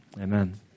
Amen